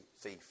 thief